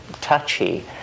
touchy